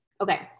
Okay